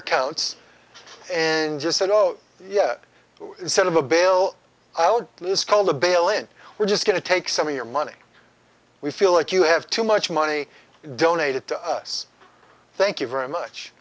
accounts and just said oh yeah instead of a bail out let's call the bail and we're just going to take some of your money we feel like you have too much money donated to us thank you very much